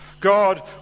God